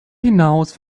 hinaus